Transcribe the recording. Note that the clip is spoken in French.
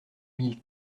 mille